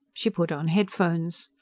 she put on headphones.